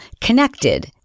connected